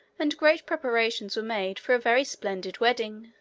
and great preparations were made for a very splendid wedding.